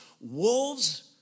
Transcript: wolves